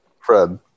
Fred